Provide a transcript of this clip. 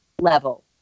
level